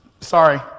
Sorry